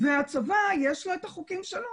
לצבא יש את החוקים שלו.